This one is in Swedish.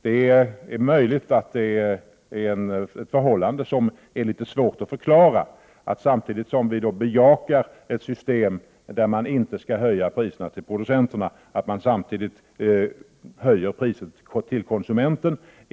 Det är möjligt att det är litet svårt att förklara att vi, samtidigt som vi bejakar ett system som går ut på att man inte skall höja priserna för producenterna, höjer priset för konsumenterna.